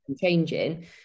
changing